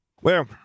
Well